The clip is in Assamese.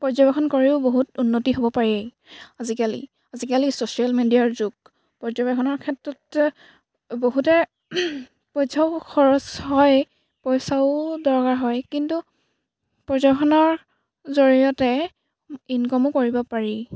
পৰ্যবেক্ষণ কৰিও বহুত উন্নতি হ'ব পাৰি আজিকালি আজিকালি ছ'চিয়েল মেডিয়াৰ যুগ পৰ্যবেক্ষণৰ ক্ষেত্ৰত বহুতে পইচাও খৰচ হয় পইচাও দৰকাৰ হয় কিন্তু পৰ্যবেক্ষণৰ জৰিয়তে ইনকমো কৰিব পাৰি